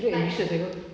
kira ambitious eh kau